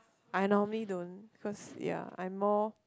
I normally don't ya cause I more